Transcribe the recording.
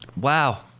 Wow